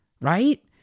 right